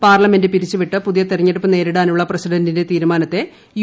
parliament പിരിച്ചുവിട്ട് പുതിയ തിരഞ്ഞെടുപ്പ് നേരിടാനുള്ള പ്രസിഡന്റിന്റെ തീരുമാനത്തെ യു